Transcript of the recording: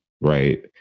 right